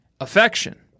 affection